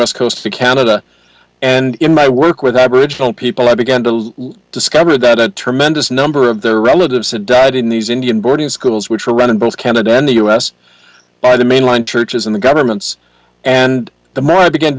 west coast of canada and in my work with aboriginal people i began to discover that a tremendous number of their relatives had died in these indian boarding schools which were run in both canada and the us by the mainline churches in the governments and the more i beg